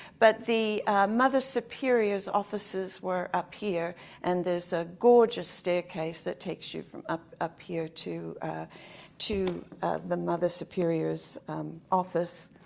but the mother superior's offices were up here and there's a gorgeous staircase that takes you from up up here to to the mother superior's office.